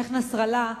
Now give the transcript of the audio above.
השיח' נסראללה,